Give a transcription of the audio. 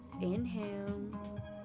Inhale